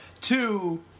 Two